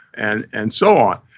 and and so on.